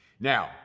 Now